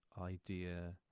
idea